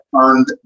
earned